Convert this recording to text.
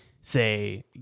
say